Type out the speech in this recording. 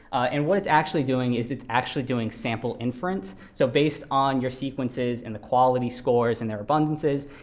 and what it's actually doing is it's actually doing sample inference. so based on your sequences and the quality scores and their abundances,